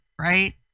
right